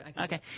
okay